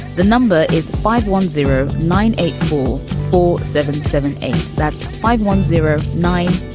the number is five one zero nine eight four four seven seven eight. that's five one zero nine.